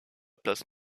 place